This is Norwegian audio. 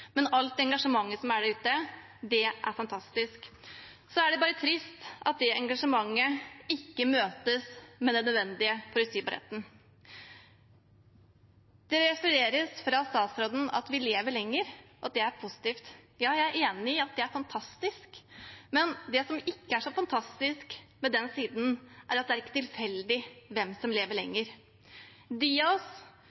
bare trist at det ikke møtes med den nødvendige forutsigbarheten. Det refereres fra statsråden at vi lever lenger, og at det er positivt. Ja, jeg er enig i at det er fantastisk, men det som ikke er så fantastisk, er at det ikke er tilfeldig hvem som lever